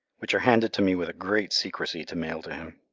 which are handed to me with great secrecy to mail to him.